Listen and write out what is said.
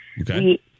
Okay